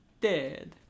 Dead